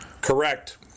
Correct